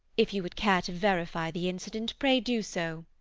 if you would care to verify the incident, pray do so.